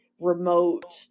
remote